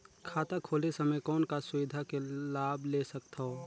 खाता खोले समय कौन का सुविधा के लाभ ले सकथव?